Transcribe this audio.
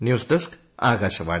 news desk Akashvani